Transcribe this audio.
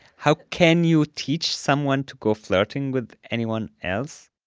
how can you teach someone to go flirting with anyone else?